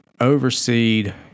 overseed